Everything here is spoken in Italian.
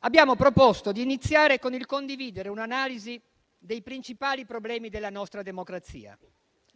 Abbiamo proposto di iniziare con il condividere un'analisi dei principali problemi della nostra democrazia,